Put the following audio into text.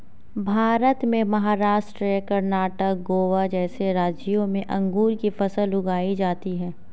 भारत में महाराष्ट्र, कर्णाटक, गोवा जैसे राज्यों में अंगूर की फसल उगाई जाती हैं